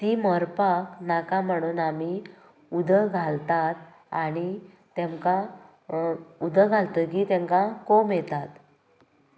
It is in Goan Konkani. ती मरपाक नाका म्हणून आमी उदक घालतात आनी तेमकां उदक घालतकीर तेंका कोंब येतात